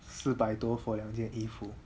四百多 for 两件衣服